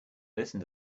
listen